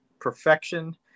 perfection